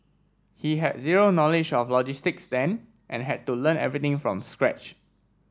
he had zero knowledge of logistics then and had to learn everything from scratch